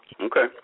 Okay